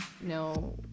no